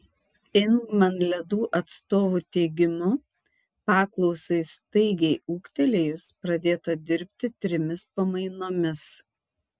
ingman ledų atstovų teigimu paklausai staigiai ūgtelėjus pradėta dirbti trimis pamainomis